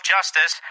Justice